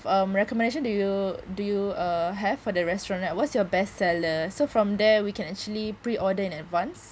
um recommendation do you do you uh have for the restaurant like what's your best seller so from there we can actually pre order in advanced